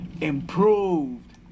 Improved